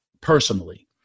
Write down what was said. personally